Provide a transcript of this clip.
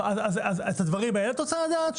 אז את הדברים האלה את רוצה לדעת,